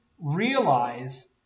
realize